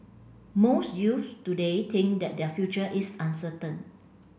most youths today think that their future is uncertain